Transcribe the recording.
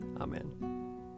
Amen